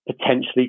potentially